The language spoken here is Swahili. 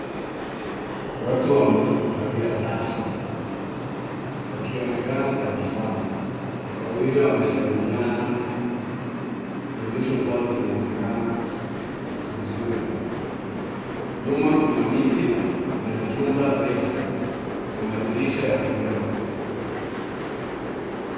Watu wamevalia rasmi, wakionekana tabasamu. Wawili wamesalimiana na nyuso zao zinaonekana vizuri. Nyuma kuna miti, na jumba refu, na madirisha ya vioo.